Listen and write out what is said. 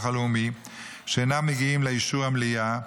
הלאומי שאינם מגיעים לאישור המליאה.